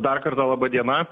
dar kartą laba diena